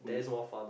will you